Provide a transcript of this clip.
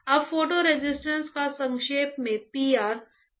अब photo resist को संक्षेप में P R कहा जाता है